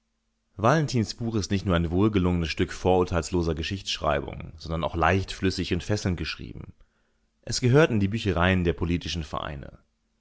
valentins buch ist nicht nur ein wohlgelungenes stück vorurteilsloser geschichtsschreibung sondern auch leichtflüssig und fesselnd geschrieben es gehört in die büchereien der politischen vereine